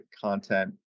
content